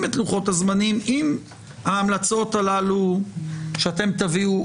את לוחות הזמנים עם ההמלצות הללו שאתם תביאו,